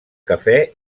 cafè